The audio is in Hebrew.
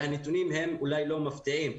הנתונים הם אולי לא מפתיעים,